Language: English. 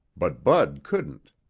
but bud couldn't.